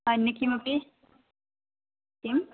अन्यत् किमपि किं